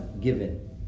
given